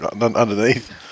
underneath